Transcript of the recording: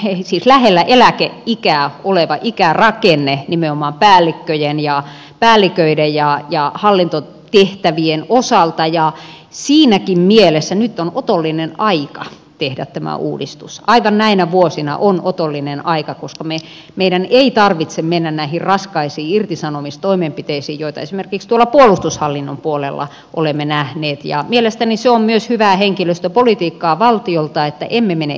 heinz lähellä eläkeikää oleva ikärakenne nimenomaan päälliköiden ja hallintotehtävien osalta ja siinäkin mielessä nyt on otollinen aika tehdä tämä uudistus aivan näinä vuosina on otollinen aika koska meidän ei tarvitse mennä näihin raskaisiin irtisanomistoimenpiteisiin joita esimerkiksi tuolla puolustushallinnon puolella olemme nähneet ja mielestäni se on myös hyvää henkilöstöpolitiikkaa valtiolta että emme mene irtisanomisiin